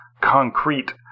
concrete